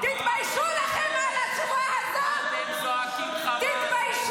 אתם מדברים, אתם לא עושים דבר.